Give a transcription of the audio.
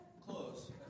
Close